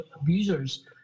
abusers